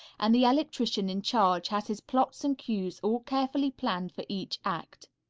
and the electrician in charge has his plots and cues all carefully planned for each act.